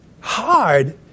hard